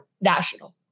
National